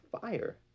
fire